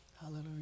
Hallelujah